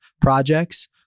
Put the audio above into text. projects